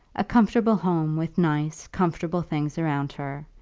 a comfortable home, with nice, comfortable things around her,